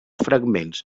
fragments